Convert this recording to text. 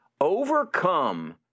Overcome